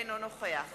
אינו נוכח